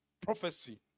prophecy